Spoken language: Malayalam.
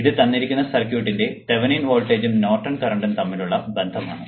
ഇത് തന്നിരിക്കുന്ന സർക്യൂട്ടിന്റെ തെവെനിൻ വോൾട്ടേജും നോർട്ടൺ കറണ്ടും തമ്മിലുള്ള ബന്ധമാണ്